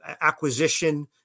acquisition